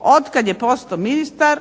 Otkad je postao ministar